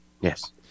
Yes